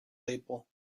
label